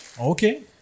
Okay